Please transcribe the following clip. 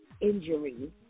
injury